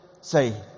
say